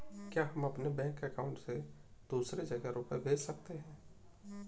क्या हम अपने बैंक अकाउंट से दूसरी जगह रुपये भेज सकते हैं?